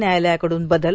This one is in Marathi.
न्यायालयाकडून बदल